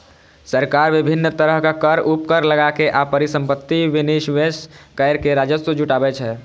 सरकार विभिन्न तरहक कर, उपकर लगाके आ परिसंपत्तिक विनिवेश कैर के राजस्व जुटाबै छै